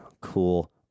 Cool